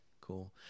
cool